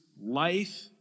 life